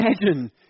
imagine